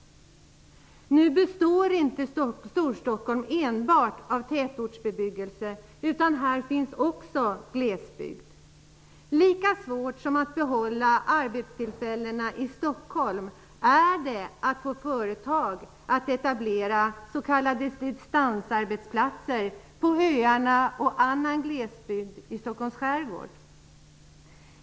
Nu består inte Storstockholm enbart av tätortsbebyggelse, utan här finns också glesbygd. Lika svårt som att behålla arbetstillfällena i Stockholm är det att få företag att etablera s.k. Stockholms skärgård.